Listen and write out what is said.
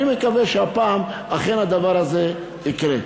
אני מקווה שהפעם אכן הדבר הזה יקרה.